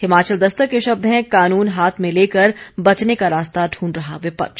हिमाचल दस्तक के शब्द हैं कानून हाथ में लेकर बचने का रास्ता ढूंढ रहा विपक्ष